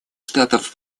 штатов